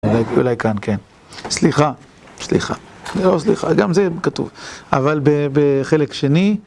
אולי כאן, כן. סליחה. סליחה. גם זה כתוב. אבל בחלק שני...